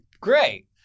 great